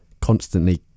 constantly